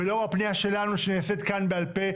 ולאור הפנייה שלנו שנעשית כאן בעל פה,